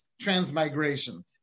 transmigration